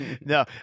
No